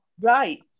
right